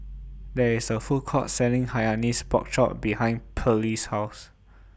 There IS A Food Court Selling Hainanese Pork Chop behind Perley's House